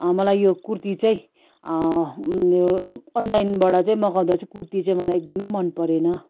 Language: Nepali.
मलाई यो कुर्ती चाहिँ यो अनलाइनबाट चाहिँ मगाउँदा चाहिँ कुर्ती चाहिँ मलाई एकदमै मन परेन